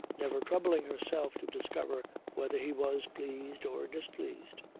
never troubling herself to discover whether he was pleased or displeased.